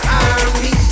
army